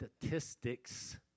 statistics